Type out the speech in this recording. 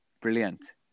brilliant